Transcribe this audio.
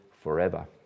forever